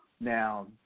Now